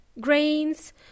grains